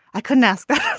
i couldn't ask that.